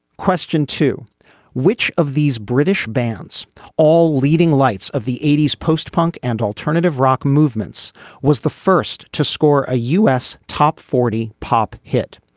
question to which of these british bands all leading lights of the eighty s post punk and alternative rock movements was the first to score a u s. top forty pop hit.